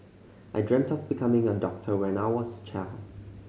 I dreamt of becoming a doctor when I was a child